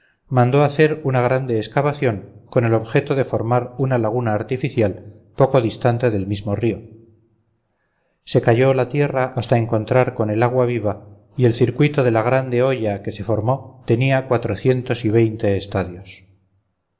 mandó hacer una grande excavación con el objeto de formar una laguna artificial poco distante del mismo río se cayó la tierra hasta encontrar con el agua viva y el circuito de la grande hoya que se formó tenía cuatrocientos y veinte estadios